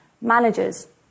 managers